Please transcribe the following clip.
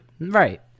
Right